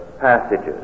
passages